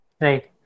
Right